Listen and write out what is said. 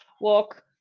walk